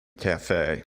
cafe